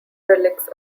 relics